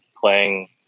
playing